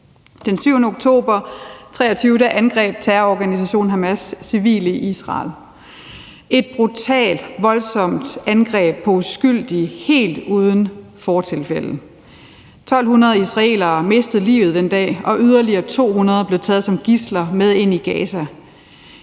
Den 7. oktober 2023 angreb terrororganisationen Hamas civile i Israel. Det var et brutalt og voldsomt angreb på uskyldige helt uden fortilfælde. 1.200 israelere mistet livet den dag, og yderligere 200 blev taget som gidsler med ind i Gaza.